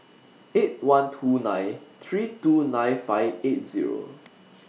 eight one two nine three two nine five eight Zero